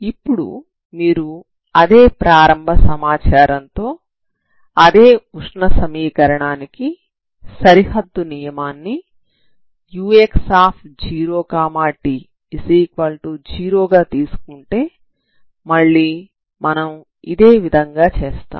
ఇప్పుడు మీరు అదే ప్రారంభ సమాచారంతో అదే ఉష్ణ సమీకరణానికి సరిహద్దు నియమాన్ని ux0t0 గా తీసుకుంటే మళ్లీ మనం ఇదేవిధంగా చేస్తాం